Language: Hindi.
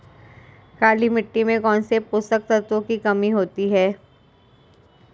काली मिट्टी में कौनसे पोषक तत्वों की कमी होती है?